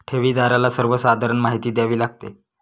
ठेवीदाराला सर्वसाधारण माहिती द्यावी लागते